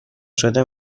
شده